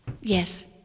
Yes